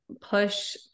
push